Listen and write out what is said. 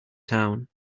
town